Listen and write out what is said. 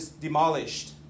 demolished